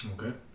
okay